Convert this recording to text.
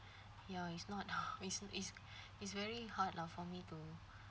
ya it's not h~ it's it's very hard lah for me to